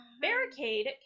Barricade